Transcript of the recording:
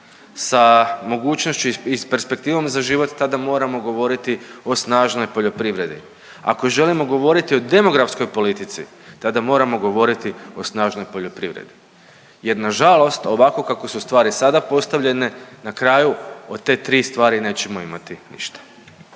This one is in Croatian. sa mogućnošću i perspektivom za život tada moramo govoriti o snažnoj poljoprivredi. Ako želimo govoriti o demografskoj politici, tada moramo govoriti o snažnoj poljoprivredi. Jer na žalost ovako kako su stvari sada postavljene na kraju od te tri stvari nećemo imati ništa.